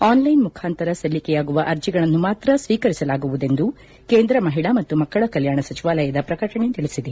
online ಮುಖಾಂತರ ಸಲ್ಲಿಕೆಯಾಗುವ ಅರ್ಜಿಗಳನ್ನು ಮಾತ್ರ ಸ್ವೀಕರಿಸಲಾಗುವುದೆಂದು ಕೇಂದ್ರ ಮಹಿಳಾ ಮತ್ತು ಮಕ್ಕಳ ಕಲ್ವಾಣ ಸಚಿವಾಲಯದ ಪ್ರಕಟಣೆ ತಿಳಿಸಿದೆ